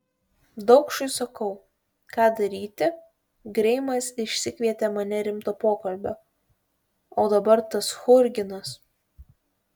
daukšui sakau ką daryti greimas išsikvietė mane rimto pokalbio o dabar tas churginas